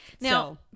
now